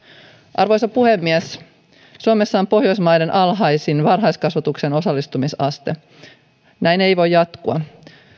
arvoisa puhemies suomessa on pohjoismaiden alhaisin varhaiskasvatuksen osallistumisaste näin ei voi jatkua